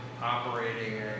operating